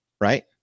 right